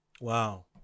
Wow